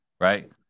Right